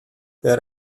there